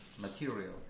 material